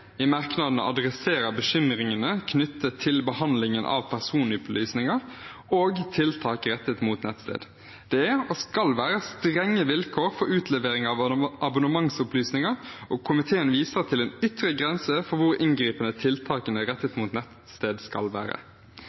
i merknadene adresserer bekymringene knyttet til behandlingen av personopplysninger og tiltak rettet mot nettsted. Det skal være strenge vilkår for utlevering av abonnementsopplysninger, og komiteen viser til en ytre grense for hvor inngripende tiltakene rettet mot nettsted skal være.